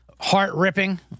heart-ripping